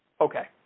Okay